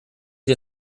did